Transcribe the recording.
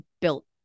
built